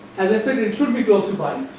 as i said it should be close to five